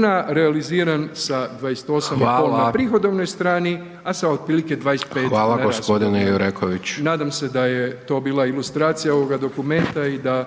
na …/Upadica: Hvala./… prihodovnoj strani, a sa otprilike 25 na rashodovnoj …/Upadica: Hvala gospodine Jureković./… nadam se da je to bila ilustracija ovoga dokumenta i da